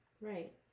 Right